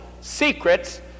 secrets